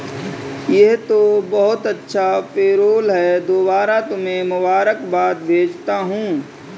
यह तो बहुत अच्छा पेरोल है दोबारा तुम्हें मुबारकबाद भेजता हूं